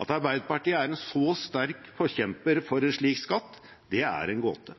At Arbeiderpartiet er en så sterk forkjemper for en slik skatt, er en gåte.